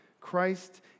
Christ